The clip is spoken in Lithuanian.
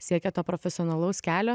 siekia to profesionalaus kelio